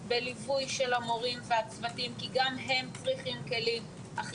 בליווי המורים והצוותים כי אחרי השנתיים